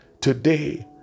today